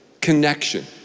connection